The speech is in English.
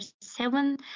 seven